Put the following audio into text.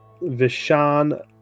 Vishan